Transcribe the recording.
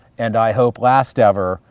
and i hope last ever,